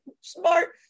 smart